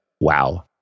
Wow